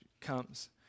comes